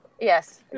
yes